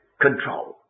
control